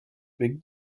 big